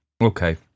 Okay